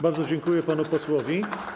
Bardzo dziękuję panu posłowi.